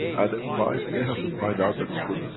at a price they have to find out that is good,